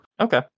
Okay